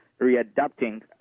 readapting